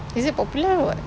is it popular or what